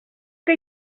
que